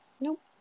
nope